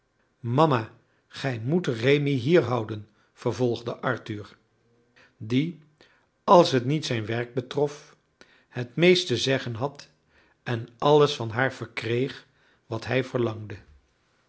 mama gij moet rémi hier houden vervolgde arthur die als het niet zijn werk betrof het meest te zeggen had en alles van haar verkreeg wat hij verlangde